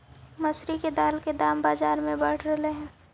मसूरी के दाल के दाम बजार में बढ़ रहलई हे